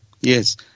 Yes